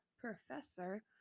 professor